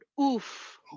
Oof